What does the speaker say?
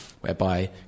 whereby